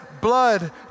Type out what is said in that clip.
blood